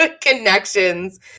connections